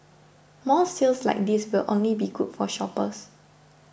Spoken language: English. more sales like these will only be good for shoppers